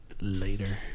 later